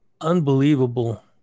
unbelievable